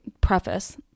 preface